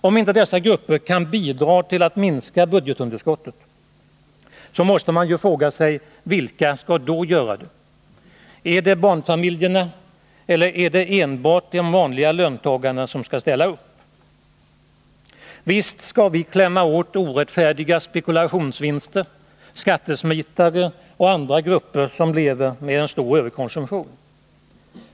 Om inte dessa grupper kan bidra till att minska budgetunderskottet måste man ju fråga sig: Vilka skall då göra det? Är det barnfamiljerna? Eller är det enbart de vanliga löntagarna som skall ställa upp? Visst skall vi klämma åt dem som gör orättfärdiga spekulationsvinster, skattesmitare och andra grupper som lever med en stor överkonsumtion.